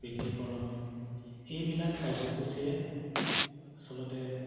বৃদ্ধিকৰণ এইবিলাক কাৰ্যসূচীয়ে আচলতে